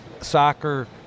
soccer